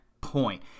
point